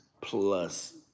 plus